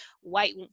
white